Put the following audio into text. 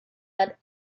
had